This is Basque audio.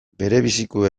berebizikoa